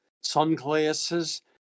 sunglasses